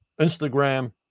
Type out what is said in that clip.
Instagram